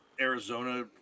Arizona